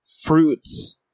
fruits